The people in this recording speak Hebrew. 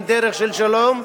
עם דרך של שלום,